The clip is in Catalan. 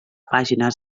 pàgines